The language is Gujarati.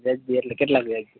ગ્રેડ બી એટલા કેટલા ગ્રેડ છે